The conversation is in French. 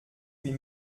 huit